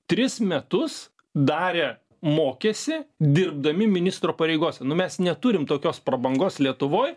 tris metus darė mokėsi dirbdami ministro pareigose nu mes neturim tokios prabangos lietuvoj